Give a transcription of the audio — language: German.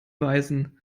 weißen